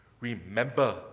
remember